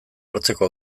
hartzeko